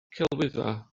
celwyddau